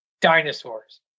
dinosaurs